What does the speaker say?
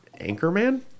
Anchorman